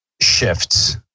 shifts